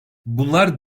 bunlar